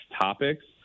topics